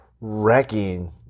wrecking